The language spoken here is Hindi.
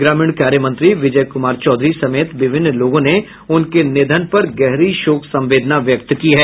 ग्रामीण कार्य मंत्री विजय कुमार चौधरी समेत विभिन्न लोगों ने उनके निधन पर गहरी शोक संवेदना व्यक्त की है